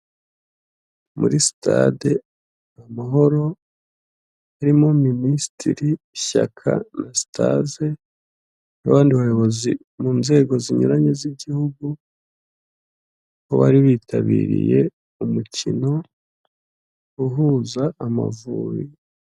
Muri sitade Amahoro harimo Minisitiri shyaka anasitaze n'abandi bayobozi mu nzego zinyuranye z'igihugu bari bitabiriye umukino uhuza amavubi.